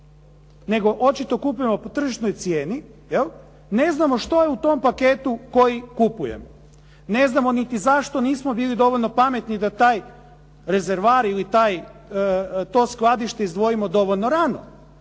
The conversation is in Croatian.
nego očito kupujemo po tržišnoj cijeni, je li, ne znamo što je u tom paketu koji kupujemo. Ne znamo niti zašto nismo bili dovoljno pametni da taj rezervoar ili to skladište izdvojimo dovoljno rano.